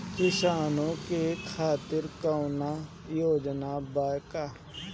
किसानों के खातिर कौनो योजना बा का?